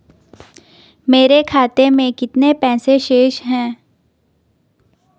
मेरे खाते में कितने पैसे शेष हैं?